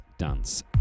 dance